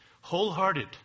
wholehearted